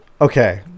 okay